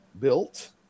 built